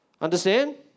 Understand